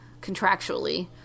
contractually